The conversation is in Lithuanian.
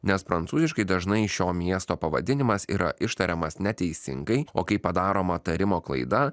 nes prancūziškai dažnai šio miesto pavadinimas yra ištariamas neteisingai o kai padaroma tarimo klaida